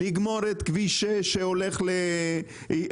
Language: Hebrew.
לגמור את כביש 6 שהולך דרומה?